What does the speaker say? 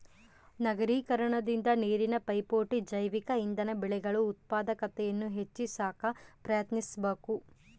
ನಗರೀಕರಣದಿಂದ ನೀರಿನ ಪೈಪೋಟಿ ಜೈವಿಕ ಇಂಧನ ಬೆಳೆಗಳು ಉತ್ಪಾದಕತೆಯನ್ನು ಹೆಚ್ಚಿ ಸಾಕ ಪ್ರಯತ್ನಿಸಬಕು